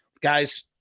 guys